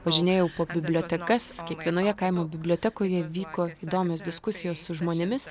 važinėjau po bibliotekas kiekvienoje kaimo bibliotekoje vyko įdomios diskusijos su žmonėmis